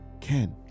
Ken